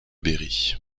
berry